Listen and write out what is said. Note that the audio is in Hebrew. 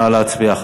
נא להצביע,